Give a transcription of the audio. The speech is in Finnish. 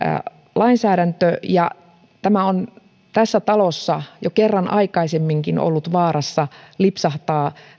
lainsäädäntö ja tämä on tässä talossa jo kerran aikaisemminkin ollut vaarassa lipsahtaa